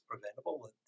preventable